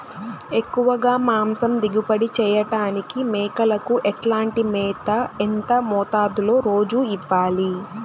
ఎక్కువగా మాంసం దిగుబడి చేయటానికి మేకలకు ఎట్లాంటి మేత, ఎంత మోతాదులో రోజు ఇవ్వాలి?